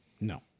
No